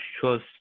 shows